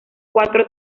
cuatro